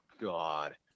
god